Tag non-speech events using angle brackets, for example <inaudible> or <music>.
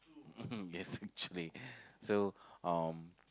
<laughs> yes actually so um